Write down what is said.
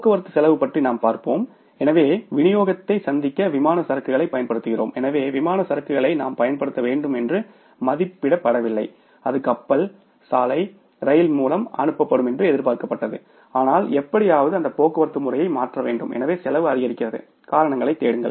போக்குவரத்து செலவு பற்றி நாம் பார்ப்போம் எனவே விநியோகத்தை சந்திக்க விமான சரக்குகளை பயன்படுத்துகிறோம் எனவே விமான சரக்குகளை நாம் பயன்படுத்த வேண்டும் என்று மதிப்பிடப்படவில்லை அது கப்பல் சாலை ரயில் மூலம் அனுப்பப்படும் என்று எதிர்பார்க்கப்பட்டது ஆனால் எப்படியாவது அந்த போக்குவரத்து முறையை மாற்றவேண்டும் எனவே செலவு அதிகரிக்கிறது காரணங்களைத் தேடுங்கள்